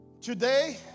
Today